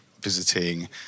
visiting